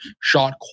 shot